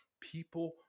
People